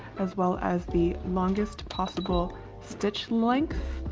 as well as, the longest possible stitch length,